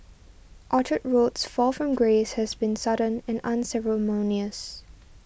Orchard Road's fall from grace has been sudden and unceremonious